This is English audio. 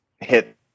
hit